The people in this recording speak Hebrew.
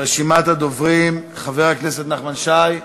רשימת הדוברים: חבר הכנסת נחמן שי,